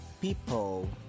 people